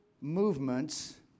movements